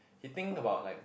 he think about like